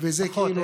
פחות,